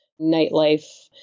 nightlife